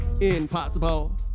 impossible